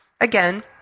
Again